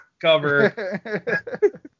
cover